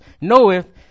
knoweth